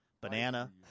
banana